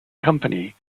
company